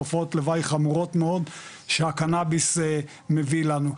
תופעות לוואי חמורות מאוד שהקנאביס מביא לנו,